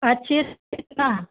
अच्छी से खींचना